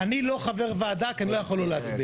אני לא חבר ועדה כי אני לא יכול לא להצביע.